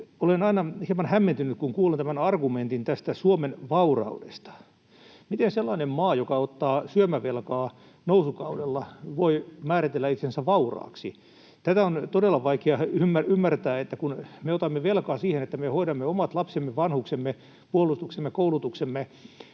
olen aina hieman hämmentynyt, kun kuulen tämän argumentin Suomen vauraudesta. Miten sellainen maa, joka ottaa syömävelkaa nousukaudella, voi määritellä itsensä vauraaksi? Tätä on todella vaikea ymmärtää, että kun me otamme velkaa siihen, että me hoidamme omat lapsemme, vanhuksemme, puolustuksemme ja koulutuksemme,